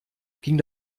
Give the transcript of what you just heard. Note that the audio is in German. ging